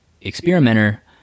experimenter